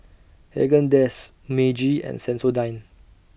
Haagen Dazs Meiji and Sensodyne